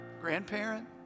grandparent